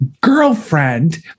girlfriend